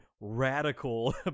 radical